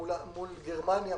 מול גרמניה,